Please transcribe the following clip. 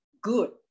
good